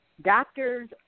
doctors